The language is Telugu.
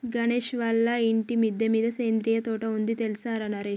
గణేష్ వాళ్ళ ఇంటి మిద్దె మీద సేంద్రియ తోట ఉంది తెల్సార సురేష్